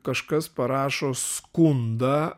kažkas parašo skundą